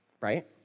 right